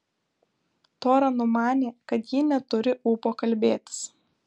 tora numanė kad ji neturi ūpo kalbėtis